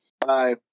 Bye